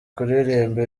kuririmba